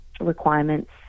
requirements